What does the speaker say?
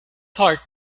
heart